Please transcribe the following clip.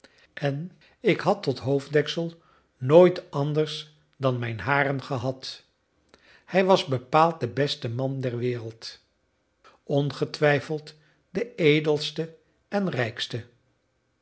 en ik had tot hoofddeksel nooit anders dan mijn haren gehad hij was bepaald de beste man der wereld ongetwijfeld de edelste en rijkste